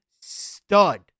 stud